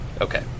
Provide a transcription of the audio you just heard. Okay